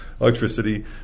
electricity